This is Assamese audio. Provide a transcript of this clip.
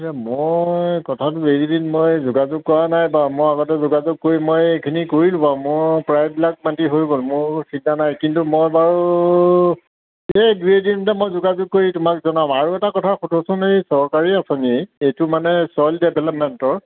এতিয়া মই কথাটো এৰিদিন মই যোগাযোগ কৰা নাই বাৰু মই আগতে যোগাযোগ কৰি মই এইখিনি কৰিলোঁ বাৰু মোৰ প্ৰায়বিলাক মাটি হৈ গ'ল মোৰ চিন্তা নাই কিন্তু মই বাৰু এই দুই এদিনতে মই যোগাযোগ কৰি তোমাক জনাম আৰু এটা কথা শুধোঁচোন এই চৰকাৰী আঁচনি এইটো মানে ছইল ডেভেলপমেণ্টৰ